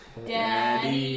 Daddy